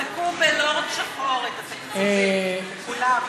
תמחקו בלורד שחור את ה"תקציבית", את כולם.